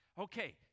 Okay